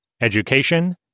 education